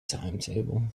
timetable